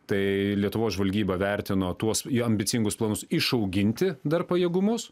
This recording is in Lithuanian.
tai lietuvos žvalgyba vertino tuos į ambicingus planus išauginti dar pajėgumus